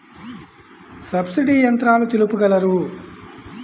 Subsidy యంత్రాలు తెలుపగలరు?